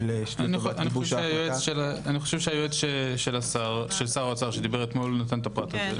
אני חושב שהיועץ של שר האוצר שדיבר אתמול נתן את הפרטים.